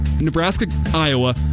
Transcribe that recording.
Nebraska-Iowa